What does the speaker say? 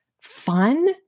fun